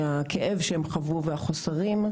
מהכאב ומהחוסרים שהם חוו,